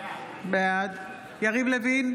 בעד יריב לוין,